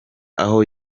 aho